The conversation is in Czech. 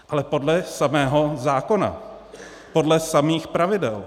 Ale podle samého zákona, podle samých pravidel.